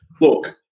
look